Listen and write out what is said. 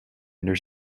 under